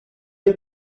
ein